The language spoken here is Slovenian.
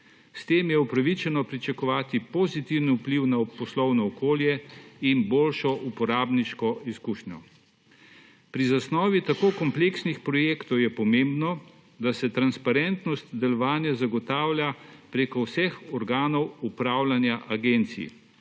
S tem je upravičeno pričakovati pozitiven vpliv na poslovno okolje in boljšo uporabniško izkušnjo. Pri zasnovi tako kompleksnih projektov je pomembno, da se transparentnost delovanja zagotavlja preko vseh organov upravljanja agencij,